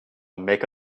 make